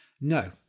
No